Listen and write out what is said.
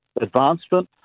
advancement